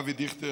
אבי דיכטר,